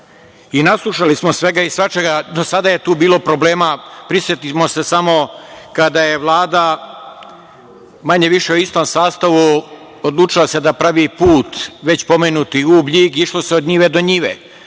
Naslušali smo se svega i svačega, a do sada je tu bilo problema, prisetimo se samo kada je Vlada manje više u istom sastavu odlučila se da pravi put, već pomenuti Ub-Ljig, išlo se od njive do njive,